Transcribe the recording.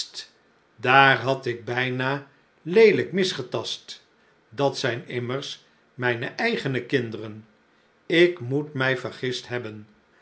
daar had ik bijna leelijk misgetast dat zijn immers mijne eigene kinderen k moet mij vergist hebben